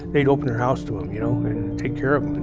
they'd open their house to em, you know, and take care of em.